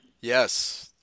Yes